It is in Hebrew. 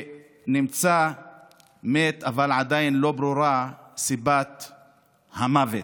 שנמצא מת אבל עדיין לא ברורה סיבת המוות.